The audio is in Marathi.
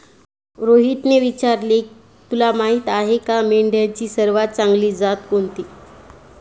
रोहितने विचारले, तुला माहीत आहे का मेंढ्यांची सर्वात चांगली जात कोणती?